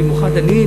במיוחד אני,